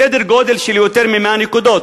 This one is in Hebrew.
בסדר-גודל של יותר מ-100 נקודות.